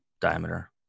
diameter